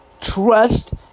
trust